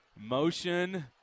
Motion